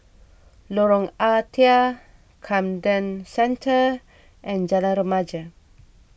Lorong Ah Thia Camden Centre and Jalan Remaja